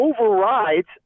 overrides